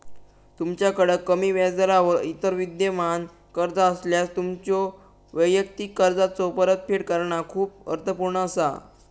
तुमच्याकड कमी व्याजदरावर इतर विद्यमान कर्जा असल्यास, तुमच्यो वैयक्तिक कर्जाचो परतफेड करणा खूप अर्थपूर्ण असा